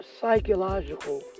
Psychological